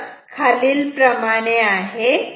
तर याचे उत्तर खालील प्रमाणे आहे